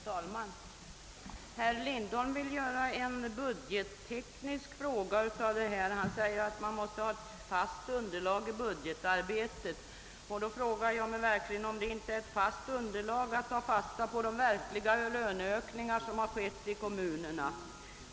Herr talman! Herr Lindholm vill göra en budgetteknisk fråga av detta och säger att man måste ha ett fast underlag i budgetarbetet. Jag frågar mig verkligen om det inte är ett fast underlag att ta hänsyn till de verkliga lönekostnaderna.